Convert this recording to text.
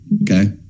Okay